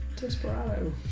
Desperado